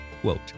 Quote